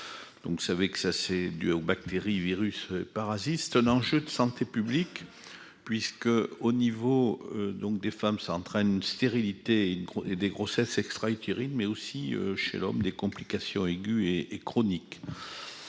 vous savez que ça c'est dû aux bactéries, virus, parasites, un enjeu de santé publique puisque, au niveau donc des femmes s'entraîne stérilité et et des grossesses extra-utérines, mais aussi chez l'homme des complications aigües et chroniques